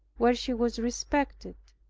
where she was respected.